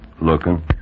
Looking